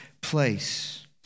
place